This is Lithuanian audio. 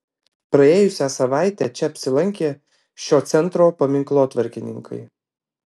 praėjusią savaitę čia apsilankė šio centro paminklotvarkininkai